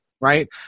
right